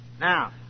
Now